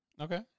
Okay